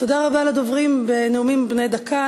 תודה רבה לדוברים בנאומים בני דקה.